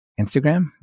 Instagram